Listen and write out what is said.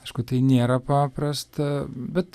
aišku tai nėra paprasta bet